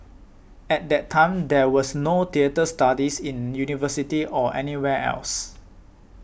at that time there was no theatre studies in university or anywhere else